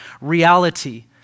reality